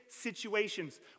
situations